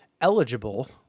eligible